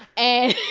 and